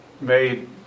made